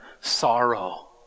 sorrow